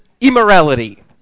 immorality